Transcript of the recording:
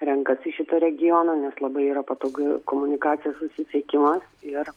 renkasi šitą regioną nes labai yra patogi komunikacija susisiekimas ir